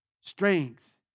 strength